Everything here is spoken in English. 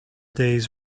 day’s